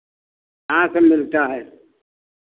हाँ सब मिलता है